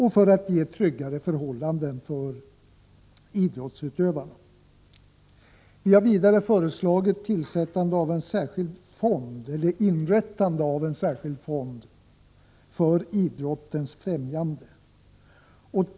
Härmed skulle idrottsutövarna få tryggare förhållanden. Vidare har vi föreslagit inrättandet av en särskild fond för idrottens främjande.